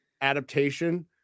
adaptation